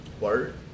Word